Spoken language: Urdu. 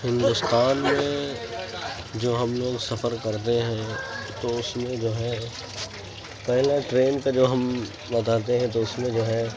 ہندوستان میں جو ہم لوگ سفر کرتے ہیں تو اس میں جو ہے پہلے ٹرین کا جو ہم بتاتے ہیں تو اس میں جو ہے